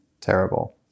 terrible